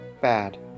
bad